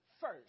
first